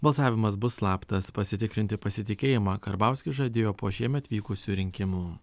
balsavimas bus slaptas pasitikrinti pasitikėjimą karbauskis žadėjo po šiemet vykusių rinkimų